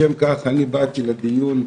לשם כך אני באתי לדיון.